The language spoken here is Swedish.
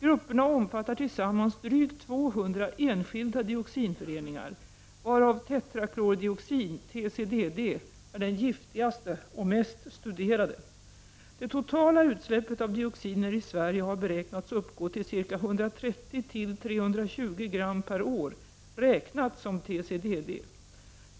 Grupperna omfattar tillsammans drygt 200 enskilda dioxinföreningar, varav tetraklordioxin, TCDD, är den giftigaste och mest studerade. Det totala utsläppet av dioxiner i Sverige har beräknats uppgå till ca 130 320 gram per år räknat som TCDD.